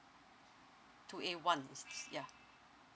two A one is is ya